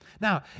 Now